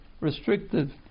restrictive